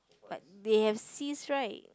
but they have cyst right